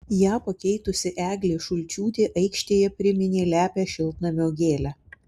ją pakeitusi eglė šulčiūtė aikštėje priminė lepią šiltnamio gėlę